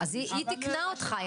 היא תיקנה אותך.